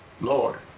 Lord